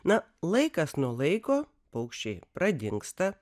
na laikas nuo laiko paukščiai pradingsta